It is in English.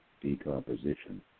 decomposition